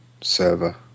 server